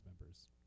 members